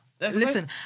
Listen